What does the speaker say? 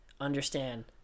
understand